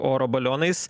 oro balionais